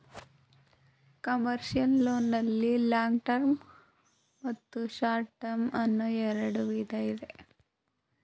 commercial loan ನಲ್ಲಿ long term ಮತ್ತು short term ಅನ್ನೋ ಎರಡು ವಿಧ ಇದೆ